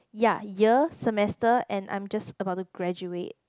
ya year semester and I'm just about to graduate